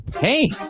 hey